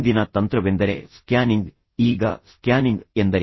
ಈಗ ಮುಂದಿನ ತಂತ್ರವೆಂದರೆ ಸ್ಕ್ಯಾನಿಂಗ್ ಈಗ ಸ್ಕ್ಯಾನಿಂಗ್ ಎಂದರೇನು